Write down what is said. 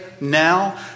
now